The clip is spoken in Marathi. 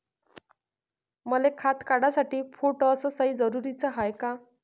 मले खातं काढासाठी फोटो अस सयी जरुरीची हाय का?